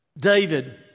David